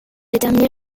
déterminer